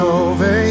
over